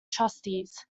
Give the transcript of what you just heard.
trustees